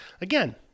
again